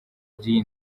by’iyi